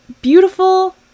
beautiful